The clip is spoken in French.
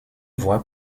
voit